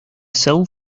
cel